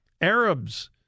Arabs